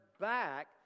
back